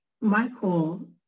Michael